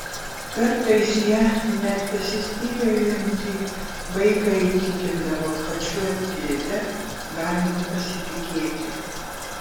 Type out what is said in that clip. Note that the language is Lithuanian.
kartais ja net besispyriojantį vaiką įtikindavo kad šiuo dėde galima pasitikėti